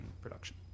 production